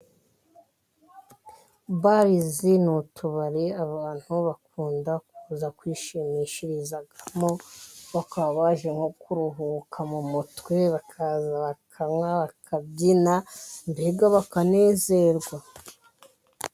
Barizi ni utubari abantu bakunda kuza kwishimishirizamo, bakaba baje nko kuruhuka mu mutwe ,bakaza bakanywa ,bakabyina mbega bakanezerwa.